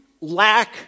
lack